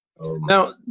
now